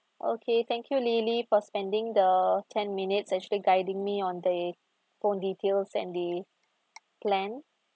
okay thank you lily for spending the ten minutes actually guiding me on the phone details and the plan